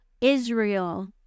Israel